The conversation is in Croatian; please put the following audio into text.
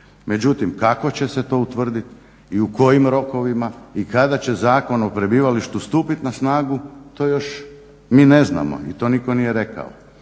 Međutim, kako će se to utvrdit i u kojim rokovima i kada će Zakon o prebivalištu stupit na snagu to još mi ne znamo i to nitko nije rekao.